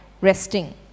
resting